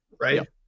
right